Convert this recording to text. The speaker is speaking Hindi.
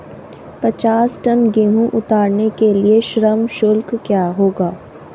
पचास टन गेहूँ उतारने के लिए श्रम शुल्क क्या होगा?